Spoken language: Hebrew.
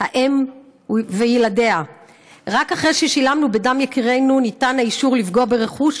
אחות, הרשות השופטת, או יותר נכון לבית המשפט